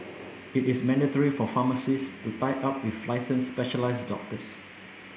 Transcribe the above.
it is mandatory for pharmacies to tie up with licensed specialised doctors